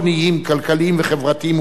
כלכליים וחברתיים מורכבים,